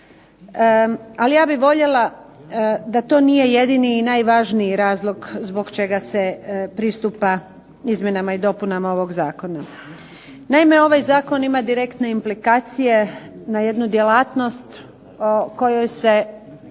ali ja bih voljela da to nije jedini i najvažniji razlog zbog čega se pristupa ovim izmjenama i dopunama Zakona. Naime, ovaj zakon ima direktne implikacije na jednu djelatnost o kojoj se